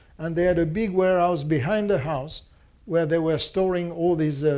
and they had a big warehouse behind the house where they were storing all of these